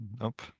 Nope